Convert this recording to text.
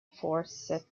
forsyth